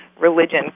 religion